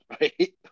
right